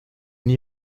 n’y